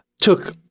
took